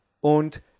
und